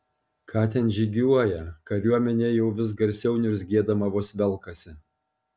ką ten žygiuoja kariuomenė jau vis garsiau niurzgėdama vos velkasi